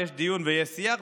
יש דיון ויש שיח.